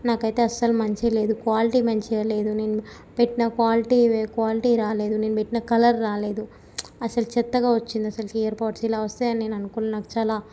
నాకైతే అస్సలు మంచిగా లేదు క్వాలిటీ మంచిగా లేదు నేను పెట్టిన క్వాలిటీ క్వాలిటీ రాలేదు నేను పెట్టిన కలర్ రాలేదు అస్సలు చెత్తగా వచ్చిందసలకి ఇయర్ పోడ్స్ ఇలా వస్తాయని నేను అనుకు నాకు చాలా